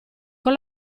con